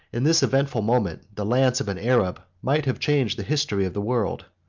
in this eventful moment, the lance of an arab might have changed the history of the world.